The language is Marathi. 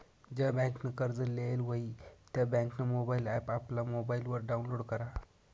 ज्या बँकनं कर्ज लेयेल व्हयी त्या बँकनं मोबाईल ॲप आपला मोबाईलवर डाऊनलोड करा